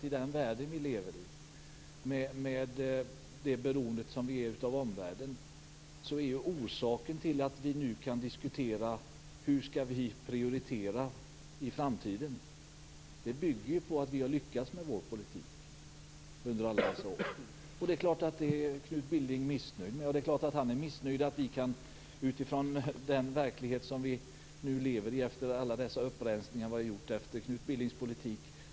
I den värld vi lever i, där vi är beroende av omvärlden, är ju orsaken till att vi nu kan diskutera hur vi skall prioritera i framtiden att vi har lyckats med vår politik under alla dessa år. Det är klart att Knut Billing är missnöjd med det. Det är klart att han är missnöjd med alla dessa upprensningar som vi har gjort efter Knut Billings politik.